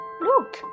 Look